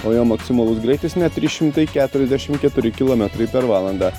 o jo maksimalus greitis net trys šimtai keturiasdešim keturi kilometrai per valandą